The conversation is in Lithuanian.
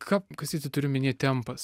ką kastyti turi omeny tempas